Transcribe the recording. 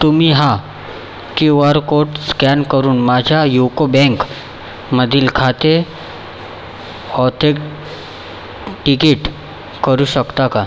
तुम्ही हा Q R code scan करून माझ्या यु को बँकमधील खाते ऑथेटिकीट करू शकता का